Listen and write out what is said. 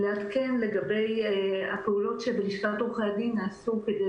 אני רציתי לעדכן לגבי הפעולות שנעשו בלשכת עורכי הדין